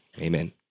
Amen